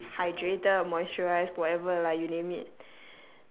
hydrated moisturised whatever lah you name it